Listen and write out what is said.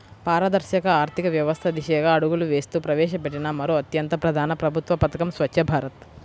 పారదర్శక ఆర్థిక వ్యవస్థ దిశగా అడుగులు వేస్తూ ప్రవేశపెట్టిన మరో అత్యంత ప్రధాన ప్రభుత్వ పథకం స్వఛ్చ భారత్